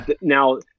Now